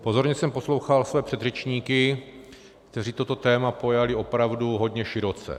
Pozorně jsem poslouchal své předřečníky, kteří toto téma pojali opravdu hodně široce.